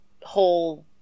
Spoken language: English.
whole